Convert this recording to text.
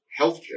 healthcare